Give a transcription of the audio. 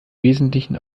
wesentlichen